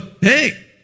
hey